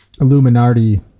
Illuminati